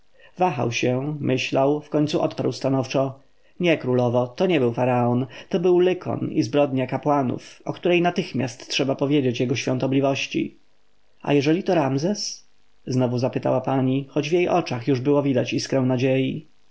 wahał się myślał wkońcu odparł stanowczo nie królowo to nie był faraon to był lykon i zbrodnia kapłanów o której natychmiast trzeba powiedzieć jego świątobliwości a jeżeli to ramzes znowu spytała pani choć w jej oczach już było widać iskrę nadziei